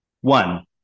One